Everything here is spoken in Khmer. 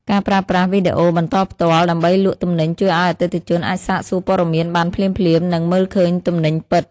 ការប្រើប្រាស់វីដេអូបន្តផ្ទាល់ដើម្បីលក់ទំនិញជួយឱ្យអតិថិជនអាចសាកសួរព័ត៌មានបានភ្លាមៗ និងមើលឃើញទំនិញពិត។